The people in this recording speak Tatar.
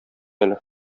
әле